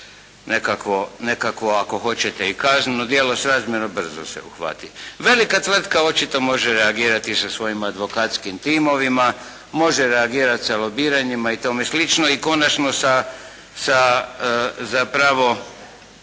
nekakvo ako hoćete i kazneno djelo, srazmjerno brzo se uhvati. Velika tvrtka očito može reagirati sa svojim advokatskim timovima, može reagirati sa lobiranjima i tome sl. i konačno sa zapravo